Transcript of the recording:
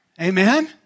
Amen